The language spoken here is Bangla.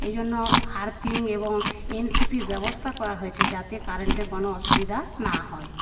এইজন্য আর্থিং এবং এন সি পি র ব্যবস্থা করা হয়েছে যাতে কারেন্টের কোনো অসুবিধা না হয়